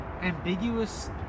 ambiguous